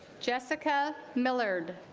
jessica millard